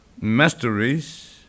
masteries